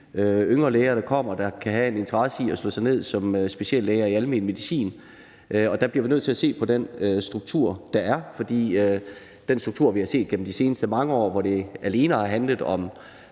yngre læger, som kommer, og som kan have en interesse i at slå sig ned som speciallæger i almen medicin. Der bliver vi nødt til at se på den struktur, der er, for i forhold til den struktur, vi har set igennem de sidste mange år, hvor det alene har handlet om